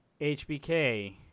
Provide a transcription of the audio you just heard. HBK